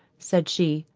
said she,